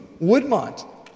Woodmont